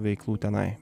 veiklų tenai